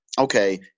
okay